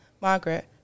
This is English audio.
Margaret